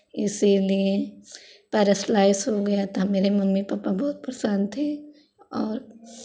इसीलिए पैरालाइसिस हो गया था मेरे मम्मी पापा बहुत परेशान थे और